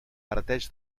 parteix